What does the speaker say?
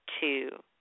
two